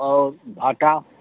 और आटा